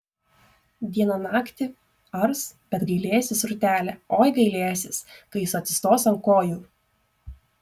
dieną naktį ars bet gailėsis rūtelė oi gailėsis kai jis atsistos ant kojų